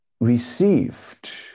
received